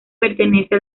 pertenece